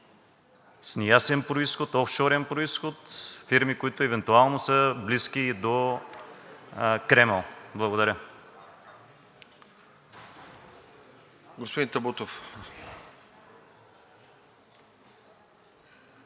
неясен произход, офшорен произход, които евентуално са близки до Кремъл. Благодаря.